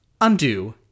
undo